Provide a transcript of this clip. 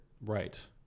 Right